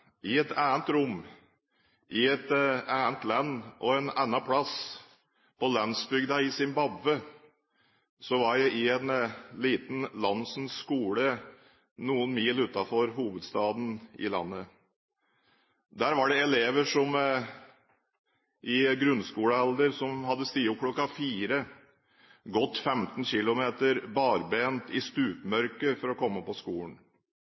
i et annet rom, i et annet land, og på en annen plass, på landsbygda i Zimbabwe, var jeg på en liten landsens skole noen mil utenfor hovedstaden i landet. Der var det elever i grunnskolealder som hadde stått opp kl. 4 og gått 15 km barbent i stupmørket for å komme på skolen.